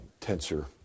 tensor